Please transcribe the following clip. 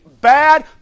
bad